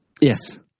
Yes